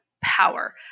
power